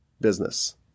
business